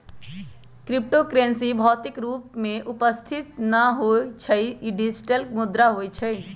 crypto currency भौतिक रूप में उपस्थित न होइ छइ इ डिजिटल मुद्रा होइ छइ